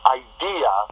idea